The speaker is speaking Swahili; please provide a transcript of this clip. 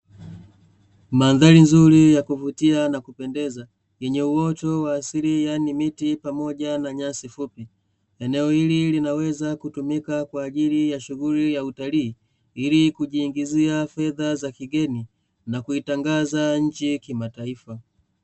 Mandhari nzuri ya kuvutia na kupendeza yenye uoto wa asili yaani miti pamoja nyasi fupi, eneo hili linaweza kutumika kwa ajili ya shughuli za utalii ili kujiingizia fedha za kigeni na kuitangaza nchi kimataifa.